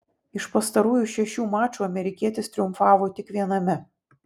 iš pastarųjų šešių mačų amerikietis triumfavo tik viename